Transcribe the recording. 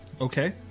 Okay